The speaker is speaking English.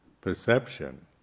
perception